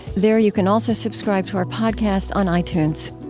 there you can also subscribe to our podcast on itunes.